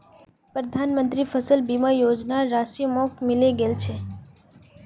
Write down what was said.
प्रधानमंत्री फसल बीमा योजनार राशि मोक मिले गेल छै